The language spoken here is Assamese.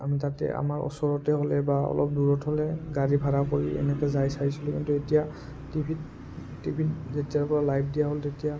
আমি তাতে আমাৰ ওচৰতে হ'লে বা অলপ দূৰত হ'লে গাড়ী ভাড়া কৰি এনেকৈ যাই চাইছিলোঁ কিন্তু এতিয়া টি ভিত টি ভিত যেতিয়াৰপৰা লাইভ দিয়া হ'ল তেতিয়া